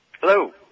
Hello